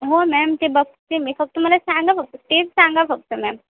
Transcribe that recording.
हो मॅम ते बघते मी फक्त मला सांगा फक्त स्टेप सांगा फक्त मॅम